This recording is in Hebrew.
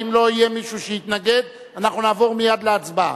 ואם לא יהיה מישהו שיתנגד אנחנו נעבור מייד להצבעה.